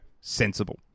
Sensible